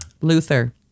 Luther